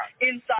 inside